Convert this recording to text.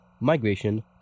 Migration